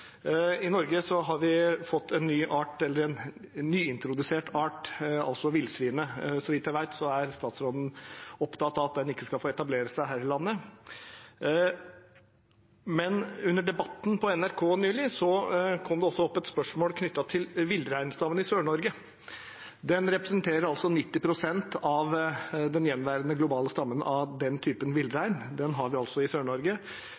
I Norge har vi fått en ny art, eller en nyintrodusert art, nemlig villsvinet. Så vidt jeg vet, er statsråden opptatt av at den ikke skal få etablere seg her i landet, men under Debatten på NRK nylig kom det også opp et spørsmål knyttet til villreinstammen i Sør-Norge. Den representerer 90 pst. av den gjenværende globale stammen av den typen villrein – den har vi altså i